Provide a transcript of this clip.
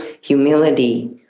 humility